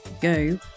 Go